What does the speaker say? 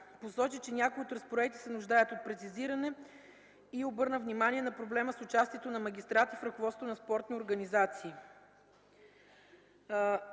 Посочи, че някои от разпоредбите се нуждаят от прецизиране и обърна внимание на проблема с участието на магистрати в ръководството на спортни организации.